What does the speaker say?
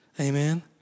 Amen